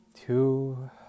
two